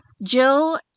Jill